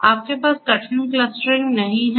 तो आपके पास कठिन क्लस्टरिंग नहीं है